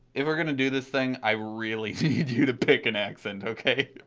if we're gonna do this thing, i really need you to pick an accent ok?